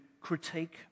critique